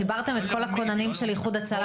חיברתם את כל הכוננים של איחוד והצלה,